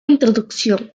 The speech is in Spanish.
introducción